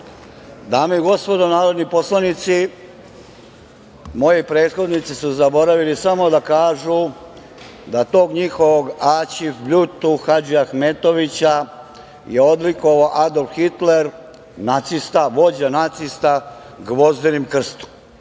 Dame i gospodo narodni poslanici, moji prethodnici su zaboravili samo da kažu da tog njihovog Aćif Bljutu Hadžiahmetovića je odlikovao Adolf Hitler, nacista, vođa nacista, Gvozdenim krstom.